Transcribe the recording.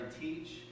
teach